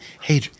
Hey